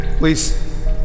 Please